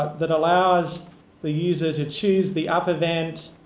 that allows the user to choose the up event.